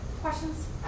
questions